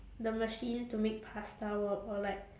the machine to make pasta work or like